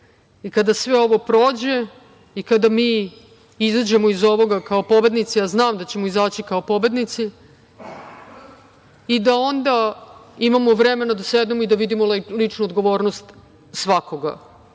i kada sve ovo prođe i kada mi izađemo iz ovoga kao pobednici, a znam da ćemo izaći kao pobednici, i da onda imamo vremena da sednemo i da vidimo ličnu odgovornost svakoga